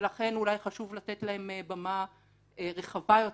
ולכן אולי חשוב לתת להם במה רחבה יותר.